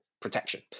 protection